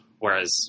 Whereas